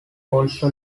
also